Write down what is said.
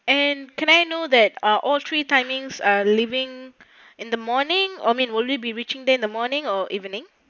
and can I know that are all three timings are living in the morning or mean only be reaching there in the morning or evening